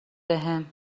بهم